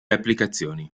applicazioni